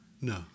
No